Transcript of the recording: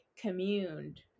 communed